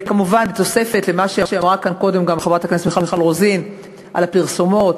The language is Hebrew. כמובן בתוספת למה שאמרה כאן קודם חברת הכנסת מיכל רוזין על הפרסומות.